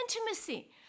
intimacy